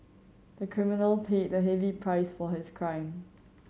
the criminal paid a heavy price for his crime